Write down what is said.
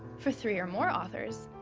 for three or more authors,